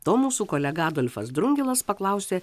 to mūsų kolega adolfas drungilas paklausė